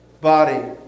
body